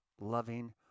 loving